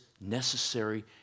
necessary